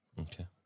Okay